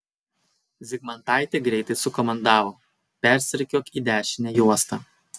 zygmantaitė greitai sukomandavo persirikiuok į dešinę juostą